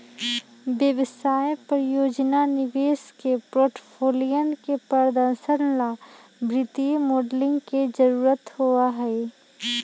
व्यवसाय, परियोजना, निवेश के पोर्टफोलियन के प्रदर्शन ला वित्तीय मॉडलिंग के जरुरत होबा हई